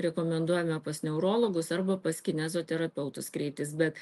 rekomenduojame pas neurologus arba pas kineziterapeutus kreiptis bet